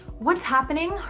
what's happening?